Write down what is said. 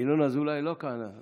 ינון אזולאי לא כאן.